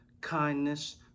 kindness